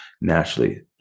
naturally